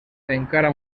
encara